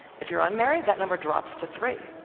if you're unmarried, that number drops to three.